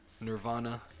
Nirvana